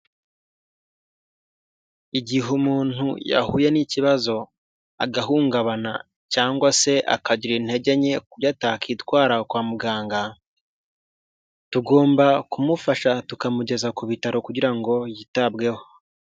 Igihe umuntu yahuye n'ikibazo agahungabana cyangwa se akagira intege nke ku buryo atakitwara kwa muganga tugomba kumufasha tukamugeza ku bitaro kugira ngo yitabweho.